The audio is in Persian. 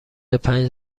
پنج